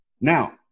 Now